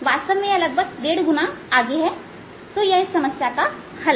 वास्तव में यह 15 गुना आगे हैं तो यह समस्या का हल है